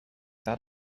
that